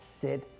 Sid